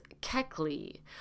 Keckley